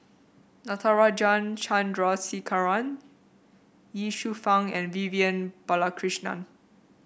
Natarajan Chandrasekaran Ye Shufang and Vivian Balakrishnan